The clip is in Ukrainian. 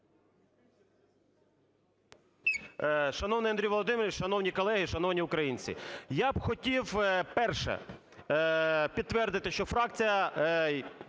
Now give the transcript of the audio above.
Шановний Андрій Володимирович, шановні колеги, шановні українці, я б хотів, перше, підтвердити, що фракція